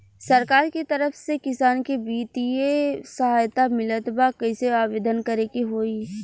सरकार के तरफ से किसान के बितिय सहायता मिलत बा कइसे आवेदन करे के होई?